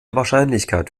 wahrscheinlichkeit